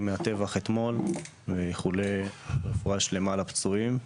מהטבח אתמול ואיחולי רפואה שלמה לפצועים.